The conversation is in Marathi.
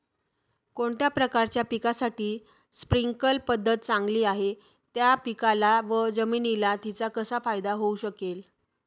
कोणत्या प्रकारच्या पिकासाठी स्प्रिंकल पद्धत चांगली आहे? त्या पिकाला व जमिनीला तिचा कसा फायदा होऊ शकेल?